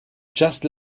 just